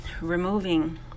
removing